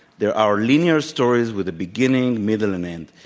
there are linear stories with a beginning, middle, and end.